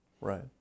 right